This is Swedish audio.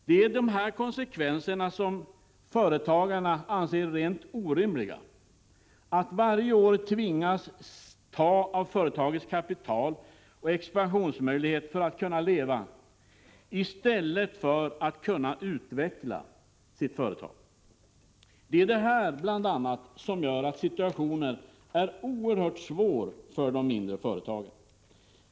Det är dessa konsekvenser som företagarna anser vara rent orimliga — att varje år tvingas ta av företagets kapital och expansionsmöjligheter för att kunna leva, i stället för att kunna utveckla sitt företag. Det är bl.a. detta som gör att situationen är oerhört svår för de mindre företagen.